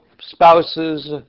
spouses